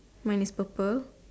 mine is purple